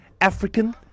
African